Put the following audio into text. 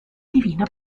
divina